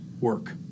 work